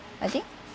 I think